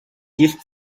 gift